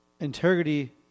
Integrity